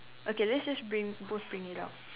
okay let's just bring the whole thing down